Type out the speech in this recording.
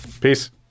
Peace